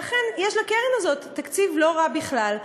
ואכן יש לקרן הזאת תקציב לא רע בכלל,